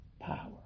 power